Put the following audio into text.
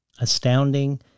Astounding